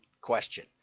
question